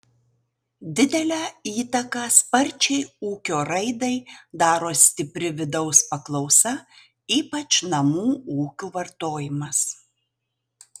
didelę įtaką sparčiai ūkio raidai daro stipri vidaus paklausa ypač namų ūkių vartojimas